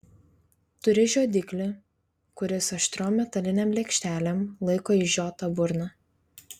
turi žiodiklį kuris aštriom metalinėm lėkštelėm laiko išžiotą burną